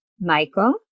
Michael